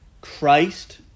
Christ